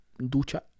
Ducha